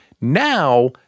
Now